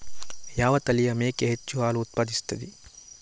ಯಾವ ತಳಿಯ ಮೇಕೆ ಹೆಚ್ಚು ಹಾಲು ಉತ್ಪಾದಿಸುತ್ತದೆ?